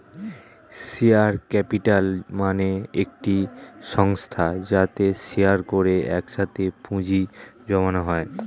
share capital মানে একটি সংস্থা যাতে শেয়ার করে একসাথে পুঁজি জমানো হয়